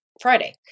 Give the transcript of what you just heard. Friday